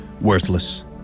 worthless